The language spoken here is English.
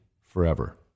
forever